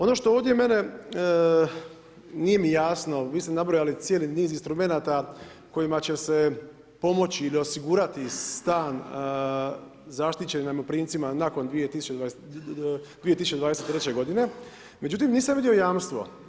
Ono što meni ovdje nije jasno, vi ste nabrojali cijeli niz instrumenata kojima će se pomoći osigurati stan zaštićenim najmoprimcima nakon 2023. godine, međutim nisam vidio jamstvo.